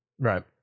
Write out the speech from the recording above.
right